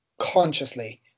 consciously